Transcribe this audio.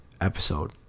episode